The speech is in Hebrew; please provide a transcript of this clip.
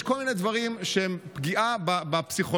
יש כל מיני דברים שהם פגיעה בפסיכולוגים,